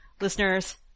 listeners